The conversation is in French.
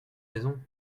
maison